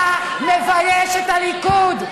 אתה מבייש את הליכוד.